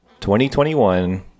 2021